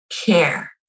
care